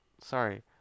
Sorry